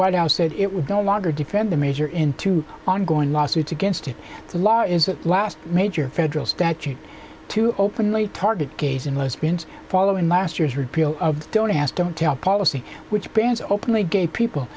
white house said it would no longer defend a major into ongoing lawsuits against the law is the last major federal statute to openly target gays and lesbians following last year's repeal of don't ask don't tell policy which bans openly gay people